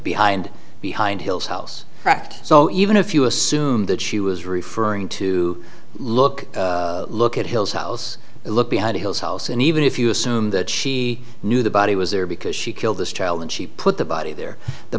behind behind hills house act so even if you assume that she was referring to look look at his house look behind his house and even if you assume that she knew the body was there because she killed this child and she put the body there the